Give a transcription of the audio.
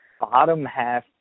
bottom-half